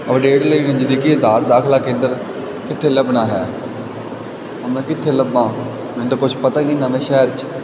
update ਲਈ ਨਜ਼ਦੀਕੀ ਆਧਾਰ ਦਾਖ਼ਲਾ ਕੇਂਦਰ ਕਿੱਥੇ ਲੱਭਣਾ ਹੈ ਹੁਣ ਮੈਂ ਕਿੱਥੇ ਲੱਭਾਂ ਮੈਨੂੰ ਤਾਂ ਕੁਛ ਪਤਾ ਹੀ ਨਹੀਂ ਨਵੇਂ ਸ਼ਹਿਰ 'ਚ